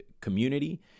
community